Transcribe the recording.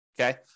okay